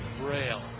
Braille